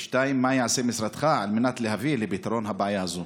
2. מה ייעשה משרדך על מנת להביא לפתרון הבעיה הזו?